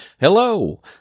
Hello